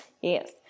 yes